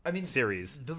series